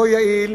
לא יעיל,